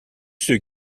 ceux